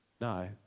no